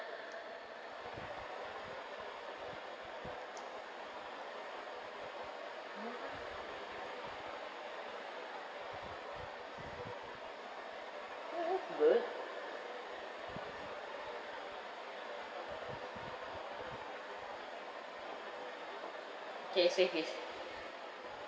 orh that's good K so in case